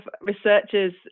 researchers